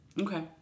okay